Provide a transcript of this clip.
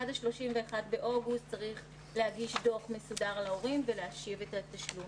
עד ה-31 באוגוסט צריך להגיש דוח מסודר להורים ולהשיב את התשלום.